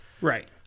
Right